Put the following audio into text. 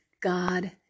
God